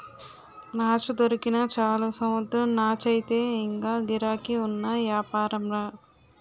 నాచు దొరికినా చాలు సముద్రం నాచయితే ఇంగా గిరాకీ ఉన్న యాపారంరా